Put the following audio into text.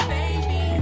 baby